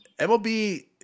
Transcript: MLB